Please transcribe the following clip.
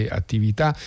attività